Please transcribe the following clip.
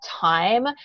time